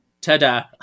Ta-da